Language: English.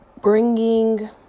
bringing